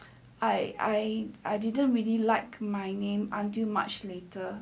I I I didn't really like my name until much later